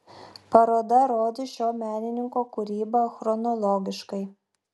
paroda rodys šio menininko kūrybą chronologiškai